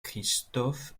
christophe